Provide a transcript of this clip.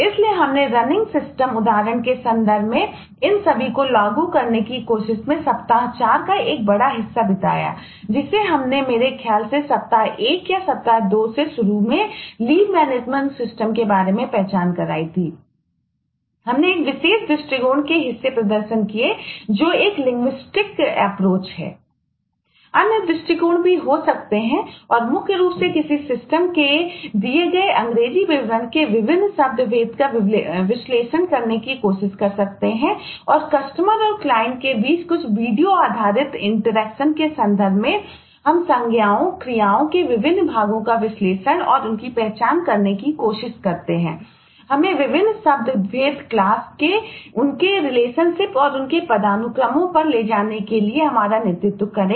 अन्य दृष्टिकोण भी हो सकते हैं और मुख्य रूप से किसी सिस्टम के दिए गए अंग्रेजी विवरण के विभिन्न शब्दभेद का विश्लेषण करने की कोशिश कर सकते हैं और कस्टमर के लिए परिभाषित किया है